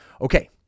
Okay